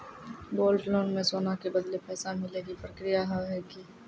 Gold loan मे सोना के बदले पैसा मिले के प्रक्रिया हाव है की?